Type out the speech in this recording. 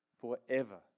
forever